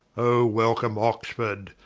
oh welcome oxford,